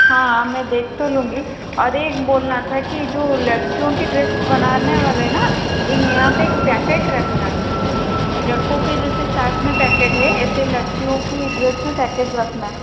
हाँ मैं देख तो लूंगी और ये बोलना था कि जो लड़कियों की ड्रेस बनाने वाले है ना यहाँ पे एक पैकेट रखना लड़कों के जैसे सर्ट में पैकेट है ऐसे ही लड़कियों की ड्रेस में पैकेट रखना